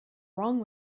wrong